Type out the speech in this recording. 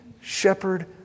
shepherd